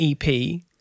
EP